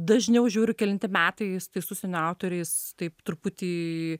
dažniau žiūriu kelinti metai su tais užsienio autoriais taip truputį